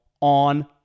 on